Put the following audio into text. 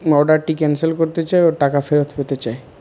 অর্ডারটি ক্যানসেল করতে চাই ও টাকা ফেরত পেতে চাই